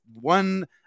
one